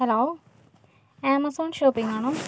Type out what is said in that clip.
hello Amazon shopping ആണോ